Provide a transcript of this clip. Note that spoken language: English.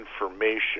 information